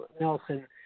Nelson –